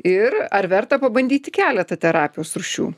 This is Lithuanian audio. ir ar verta pabandyti keletą terapijos rūšių